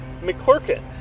McClurkin